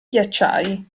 ghiacciai